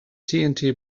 tnt